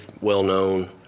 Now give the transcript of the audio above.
well-known